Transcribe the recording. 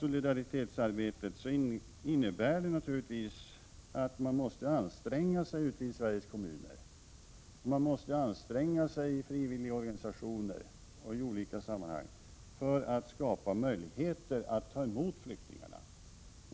Solidaritetsarbetet innebär naturligtvis att man måste anstränga sig i Sveriges kommuner, i frivilligorganisationer och i olika sammanhang för att skapa möjligheter att ta emot flyktingarna.